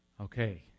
Okay